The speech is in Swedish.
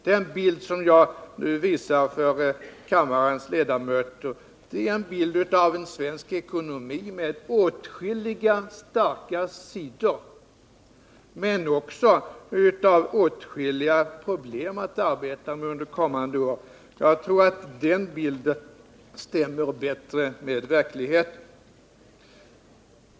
Den bild som jag nu tecknar för kammarens ledamöter är en bild av en svensk ekonomi med åtskilliga starka sidor men också åtskilliga problem att arbeta med under kommande år. Jag tror att den bilden stämmer bättre med verkligheten.